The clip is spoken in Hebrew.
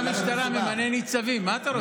שר המשטרה ממנה ניצבים, מה אתה רוצה?